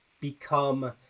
become